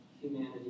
humanity